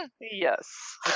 yes